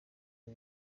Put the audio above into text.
ibi